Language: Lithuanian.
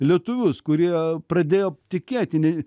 lietuvius kurie pradėjo tikėtini